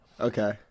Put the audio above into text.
Okay